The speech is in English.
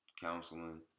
counseling